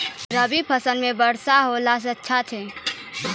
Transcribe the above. रवी फसल म वर्षा होला से अच्छा छै?